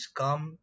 come